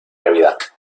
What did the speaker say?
navidad